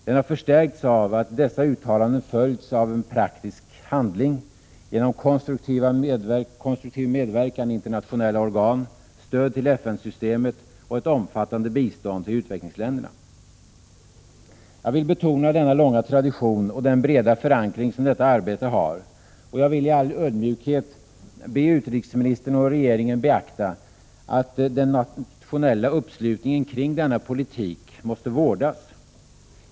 Den har förstärkts av att dessa uttalanden följts av praktisk handling: konstruktiv medverkan i internationella organ, stöd till FN-systemet och ett omfattande bistånd till utvecklingsländerna. Jag vill betona denna långa tradition och den breda förankring som detta arbete har, och jag vill i all ödmjukhet be utrikesministern och regeringen beakta, att den nationella uppslutningen kring denna politik måste vårdas.